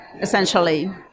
essentially